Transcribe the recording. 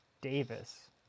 Davis